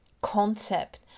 concept